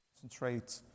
concentrate